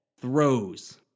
throws